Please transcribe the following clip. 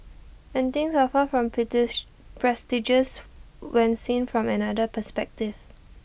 and things are far from prestigious when seen from another perspective